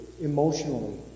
emotionally